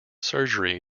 surgery